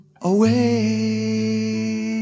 Away